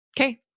Okay